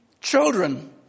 children